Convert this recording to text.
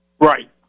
Right